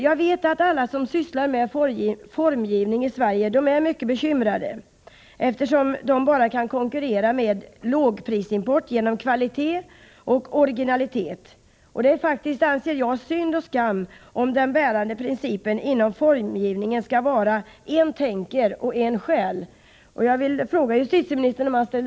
Jag vet att alla de som sysslar med formgivning i Sverige är mycket bekymrade, eftersom de kan konkurrera med lågprisimport bara genom kvalitet och orginalitet. Det vore synd och skam om den bärande principen inom formgivningen skall vara att ”en tänker och en annan stjäl”.